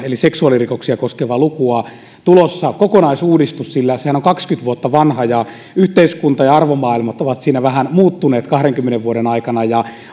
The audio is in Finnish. eli seksuaalirikoksia koskevaan lukuun tulossa kokonaisuudistus sillä sehän on kaksikymmentä vuotta vanha ja yhteiskunta ja arvomaailma ovat vähän muuttuneet kahdenkymmenen vuoden aikana kun